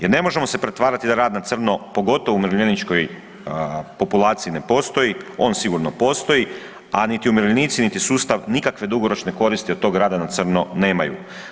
Jer ne možemo se pretvarati da rad na crno, pogotovo u umirovljeničkoj populaciji ne postoji, on sigurno postoji, a niti umirovljenici niti sustav nikakve dugoročne koristi od tog rada na crno nemaju.